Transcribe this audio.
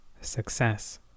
success